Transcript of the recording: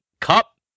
Cup